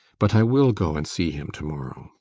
but i will go and see him tomorrow.